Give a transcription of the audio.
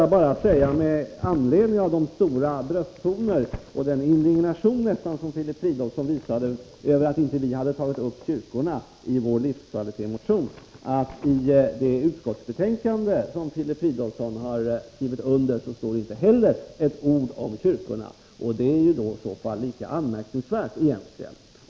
Låt mig sedan säga med anledning av de brösttoner som Filip Fridolfsson tog till och den indignation som han visade över att vi inte hade tagit upp kyrkorna i vår livskvalitetsmotion, att det i det utskottsbetänkande som Filip Fridolfsson har skrivit under inte heller står ett ord om kyrkorna. Det är i så fall lika anmärkningsvärt egentligen.